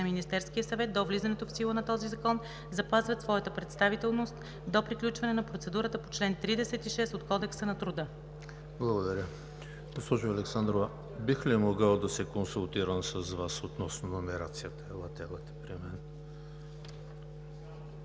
Министерския съвет до влизането в сила на този закон, запазват своята представителност до приключване на процедурата по чл. 36 от Кодекса на труда.“ ПРЕДСЕДАТЕЛ ЕМИЛ ХРИСТОВ: Благодаря. Госпожо Александрова, бих ли могъл да се консултирам с Вас относно номерацията? Елате при мен.